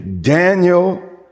daniel